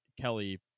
Kelly